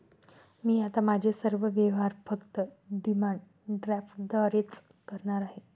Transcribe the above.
मी आता माझे सर्व व्यवहार फक्त डिमांड ड्राफ्टद्वारेच करणार आहे